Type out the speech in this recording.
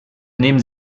nehmen